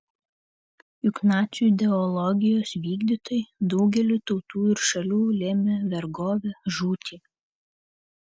juk nacių ideologijos vykdytojai daugeliui tautų ir šalių lėmė vergovę žūtį